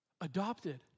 Adopted